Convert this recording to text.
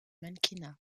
mannequinat